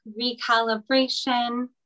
recalibration